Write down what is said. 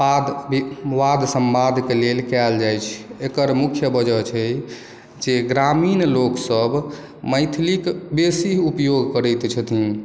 वाद वाद सम्वादके लेल कयल जाइत छै एकर मुख्य वजह छै जे ग्रामीण लोकसभ मैथिलीक बेसी उपयोग करैत छथिन